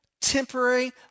temporary